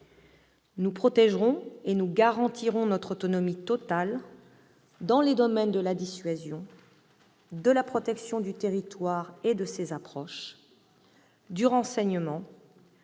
Nous protégerons et nous garantirons notre autonomie totale dans les domaines de la dissuasion, de la protection du territoire et de ses approches, du renseignement,